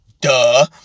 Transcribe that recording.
duh